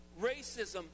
racism